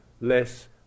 less